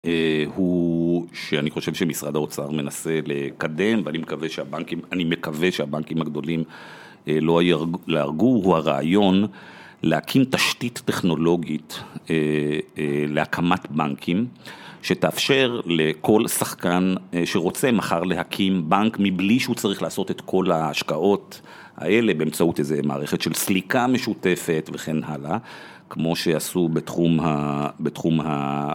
הוא שאני חושב שמשרד האוצר מנסה לקדם, ואני מקווה שהבנקים הגדולים לא יהרגו, הוא הרעיון להקים תשתית טכנולוגית להקמת בנקים, שתאפשר לכל שחקן שרוצה מחר להקים בנק, מבלי שהוא צריך לעשות את כל ההשקעות האלה, באמצעות איזה מערכת של סליקה משותפת וכן הלאה, כמו שעשו בתחום ה...